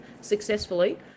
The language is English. successfully